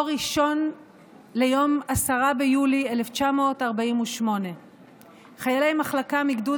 אור ראשון ליום 10 ביולי 1948. חיילי המחלקה מגדוד